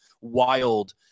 Wild